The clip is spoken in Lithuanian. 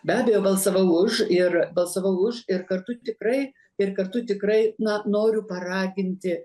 be abejo balsavau už ir balsavau už ir kartu tikrai ir kartu tikrai na noriu paraginti